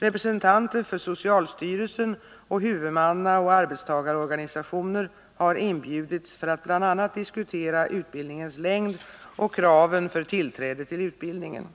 Representanter för socialstyrelsen och huvudmannaoch arbetstagarorganisationer har inbjudits för att bl.a. diskutera utbildningens längd och kraven för tillträde till utbildningen.